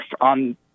on